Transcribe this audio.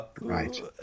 Right